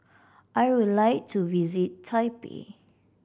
I would like to visit Taipei